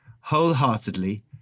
wholeheartedly